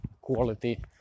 quality